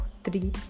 Three